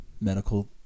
medical